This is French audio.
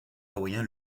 hawaïen